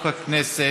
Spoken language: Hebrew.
הכנסת,